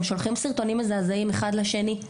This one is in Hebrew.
הם שולחים סרטונים מזעזעים אחד לשני.